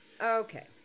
Okay